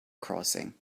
crossing